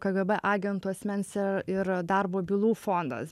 kgb agentų asmens ir darbo bylų fondas